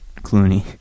Clooney